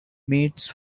meets